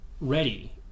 ready